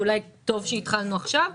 ואולי טוב שהתחלנו עכשיו,